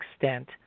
extent